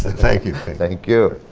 thank you, thank you